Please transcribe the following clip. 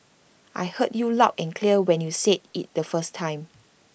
I heard you loud and clear when you said IT the first time